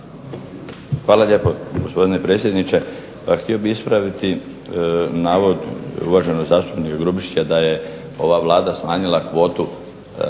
Hvala lijepo gospodine predsjedniče. Pa želio bih ispraviti navod gospodina Grubišića da je ova Vlada smanjila kvotu